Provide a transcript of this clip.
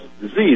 disease